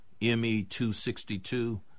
ME-262